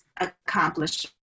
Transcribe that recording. accomplishment